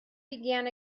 began